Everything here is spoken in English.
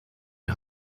and